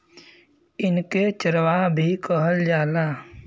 इनके चरवाह भी कहल जाला